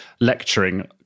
lecturing